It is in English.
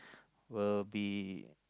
will be